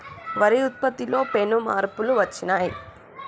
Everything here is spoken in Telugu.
వరి ఉత్పత్తిలో పెను మార్పులు వచ్చినాయ్